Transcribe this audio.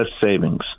savings